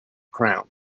crown